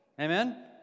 Amen